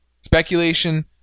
Speculation